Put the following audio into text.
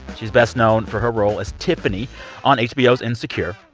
she's best known for her role as tiffany on hbo's insecure.